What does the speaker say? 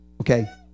Okay